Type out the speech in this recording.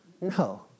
No